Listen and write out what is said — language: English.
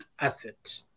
asset